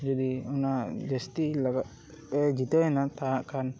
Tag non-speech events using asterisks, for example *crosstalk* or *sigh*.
ᱡᱩᱫᱤ ᱚᱱᱟ ᱡᱟ ᱥᱛᱤ ᱞᱟᱜᱟᱜᱼᱮ ᱡᱤᱛᱟᱹᱣ ᱮᱱᱟ ᱛᱟᱦᱚᱞᱮ *unintelligible* ᱠᱷᱟᱱ